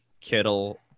Kittle